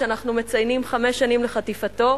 שאנחנו מציינים חמש שנים לחטיפתו,